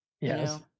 Yes